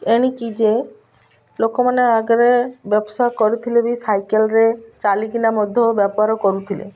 ଏଣିକି ଯେ ଲୋକମାନେ ଆଗରେ ବ୍ୟବସାୟ କରୁଥିଲେ ବି ସାଇକେଲ୍ରେ ଚାଲିକିନା ମଧ୍ୟ ବେପାର କରୁଥିଲେ